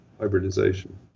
hybridization